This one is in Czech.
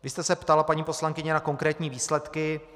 Vy jste se ptala, paní poslankyně, na konkrétní výsledky.